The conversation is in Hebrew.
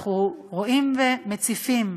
אנחנו רואים ומציפים.